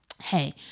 hey